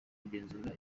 kugenzura